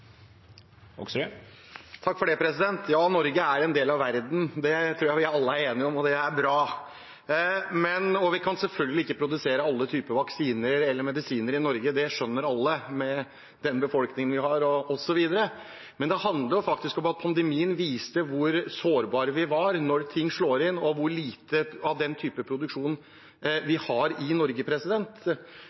formålstjenlig for framtidig norsk helseberedskap. Det blir replikkordskifte. Ja, Norge er en del av verden. Det tror jeg vi alle er enige om, og det er bra. Vi kan selvfølgelig ikke produsere alle typer vaksiner eller medisiner i Norge med den befolkningen vi har. Det skjønner alle. Men dette handler om at pandemien viste hvor sårbare vi var da ting slo inn, og hvor lite av den typen produksjon vi har i Norge.